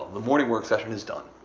the morning work session is done.